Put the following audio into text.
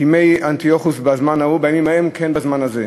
כימי אנטיוכוס בזמן ההוא, בימים ההם, כן בזמן הזה.